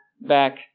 back